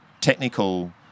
technical